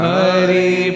Hari